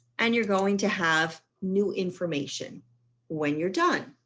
and you're going to have new information when you're done.